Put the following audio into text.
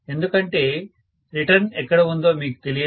ఎందుకంటే రిటర్న్ ఎక్కడ ఉందో మీకు తెలియదు